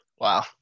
Wow